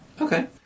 Okay